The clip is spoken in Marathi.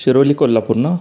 शिरोली कोल्हापूर ना